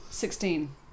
Sixteen